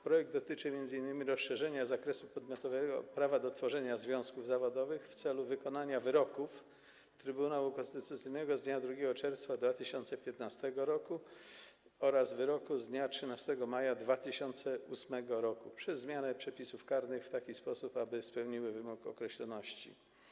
Projekt dotyczy m.in. rozszerzenia zakresu podmiotowego prawa do tworzenia związków zawodowych w celu wykonania wyroków Trybunału Konstytucyjnego z dnia 2 czerwca 2015 r. oraz z dnia 13 maja 2008 r. przez zmianę przepisów karnych w taki sposób, aby spełniły wymóg określoności.